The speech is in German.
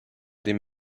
den